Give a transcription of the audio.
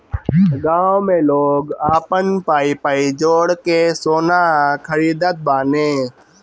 गांव में लोग आपन पाई पाई जोड़ के सोना खरीदत बाने